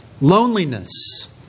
loneliness